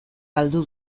galdu